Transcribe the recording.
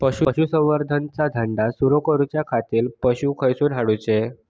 पशुसंवर्धन चा धंदा सुरू करूच्या खाती पशू खईसून हाडूचे?